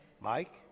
Mike